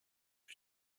vue